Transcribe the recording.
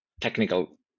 technical